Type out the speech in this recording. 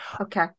Okay